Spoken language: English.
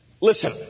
Listen